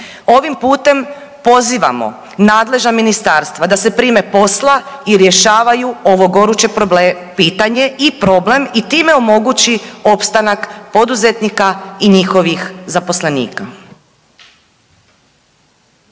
Ovim putem pozivamo nadležna ministarstva da se prime posla i rješavaju ovo goruće pitanje i problem i time omogući opstanak poduzetnika i njihovih zaposlenika.